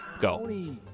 Go